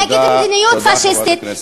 נגד מדיניות פאשיסטית,